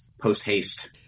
post-haste